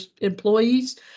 employees